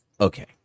Okay